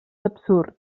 absurd